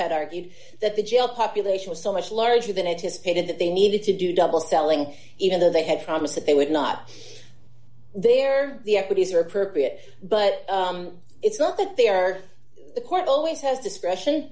had argued that the jail population was so much larger than anticipated that they needed to do double selling even though they had promised that they would not there the equities are appropriate but it's not that they are the court always has discretion